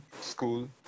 school